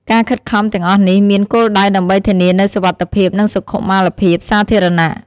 ការខិតខំទាំងអស់នេះមានគោលដៅដើម្បីធានានូវសុវត្ថិភាពនិងសុខុមាលភាព សាធារណៈ។